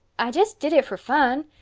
i just did it for fun.